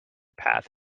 path